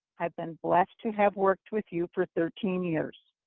i've been blessed to have worked with you for thirteen years.